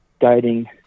guiding